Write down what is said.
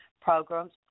programs